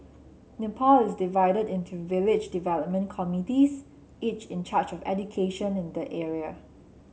Nepal is divided into village development committees each in charge of education in the area